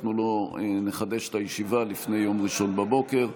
אנחנו לא נחדש את הישיבה לפני יום ראשון בבוקר.